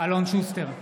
אלון שוסטר,